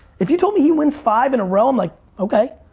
if you told me he wins five in a row, i'm like okay.